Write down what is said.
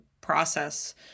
process